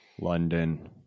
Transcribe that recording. london